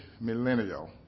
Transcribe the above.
millennial